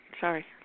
Sorry